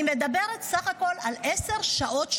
אני מדברת בסך הכול על עשר שעות שבועיות,